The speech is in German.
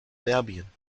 serbien